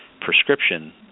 prescription